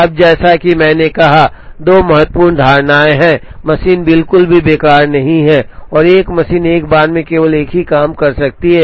अब जैसा कि मैंने कहा कि दो महत्वपूर्ण धारणाएं हैं मशीन बिल्कुल भी बेकार नहीं है और एक मशीन एक बार में केवल एक ही काम कर सकती है